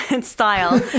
style